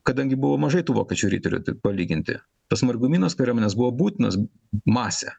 kadangi buvo mažai tų vokiečių riterių taip palyginti tas margumynas kariuomenės buvo būtinas masę